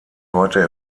heute